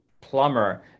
plumber